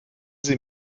sie